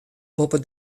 boppe